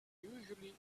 usually